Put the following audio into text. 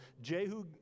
Jehu